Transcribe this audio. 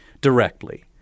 directly